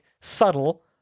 subtle